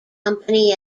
company